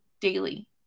daily